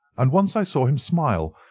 and once i saw him smile,